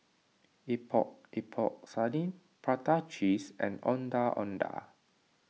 Epok Epok Sardin Prata Cheese and Ondeh Ondeh